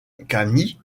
kami